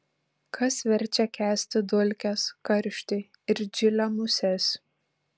kas verčia kęsti dulkes karštį ir džilio muses